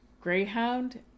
Greyhound